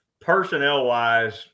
Personnel-wise